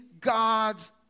God's